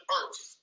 earth